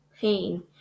pain